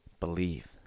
believe